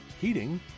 heating